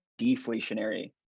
deflationary